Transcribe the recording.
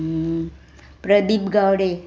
Pradeep Gawade